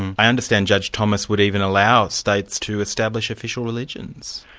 i understand judge thomas would even allow states to establish official religions?